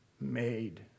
made